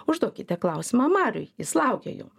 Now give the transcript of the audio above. užduokite klausimą mariui jis laukia jo